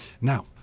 Now